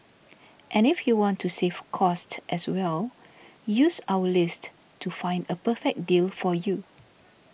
and if you want to save cost as well use our list to find a perfect deal for you